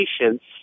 patients